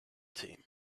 team